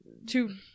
Two